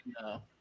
No